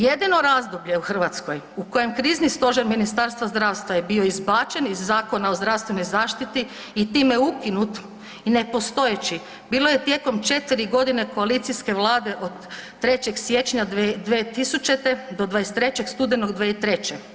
Jedino razdoblju Hrvatskoj u kojem Krizni stožer Ministarstva zdravstva je bio izbačen iz Zakona o zdravstvenoj zaštiti i time ukinut i nepostojeći bilo je tijekom 4 godine koalicijske Vlade od 3. siječnja 2000. do 23. studenoga 2003.